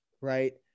right